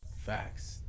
Facts